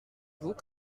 vous